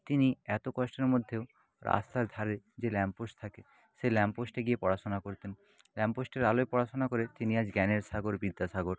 তিনি এত কষ্টের মধ্যেও রাস্তার ধারে যে ল্যাম্পপোস্ট থাকে সেই ল্যাম্পপোস্টে গিয়ে পড়াশোনা করতেন ল্যাম্পপোস্টের আলোয় পড়াশোনা করে তিনি আজ জ্ঞানের সাগর বিদ্যাসাগর